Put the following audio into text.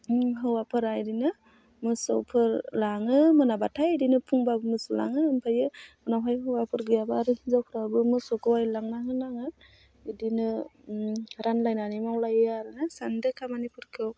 हौवाफोरा बिदिनो मोसौफोर लाङो मोनाबाथाइ बिदिनो फुंबाबो मोसौ लाङो ओमफ्राय उनावहाय हौवाफोर गैयाबा आरो हिन्जावफ्राबो मोसौखौहाय लांना होनाङो बिदिनो रानलायनानै मावलायो आरो ना सानैजों खामानिफोरखौ